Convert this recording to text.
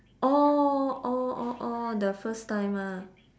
orh orh orh orh the first time ah